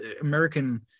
American